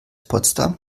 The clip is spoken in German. potsdam